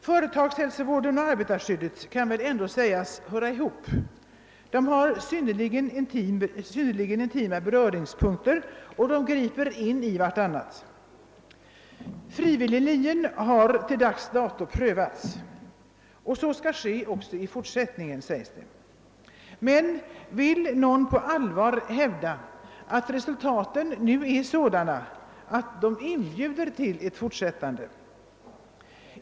Företagshälsovården och arbetarskyddet kan väl ändå sägas höra ihop. De har synnerligen intima beröringspunkter, och de griper in i varandra. Frivilliglinjen har till dags dato prövats, och så skall ske också i fortsättningen, sägs det. Men vill någon på allvar hävda att resultaten nu är sådana att de inbjuder till en fortsättning?